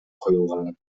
коюлган